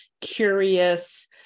curious